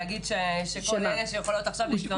להגיד שכל אלה שיכולות עכשיו להתלונן?